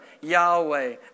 Yahweh